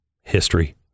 history